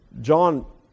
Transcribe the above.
John